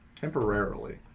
Temporarily